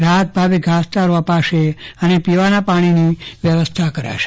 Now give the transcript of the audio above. રાહતભાવે ઘાસચારો અપાશે અને પીવાનાપાણીની વ્યવસ્થા કરાશે